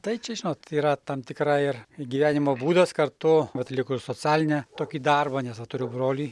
tai čia žinot yra tam tikra ir gyvenimo būdas kartu atlikus socialinę tokį darbą nes va turiu brolį